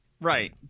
Right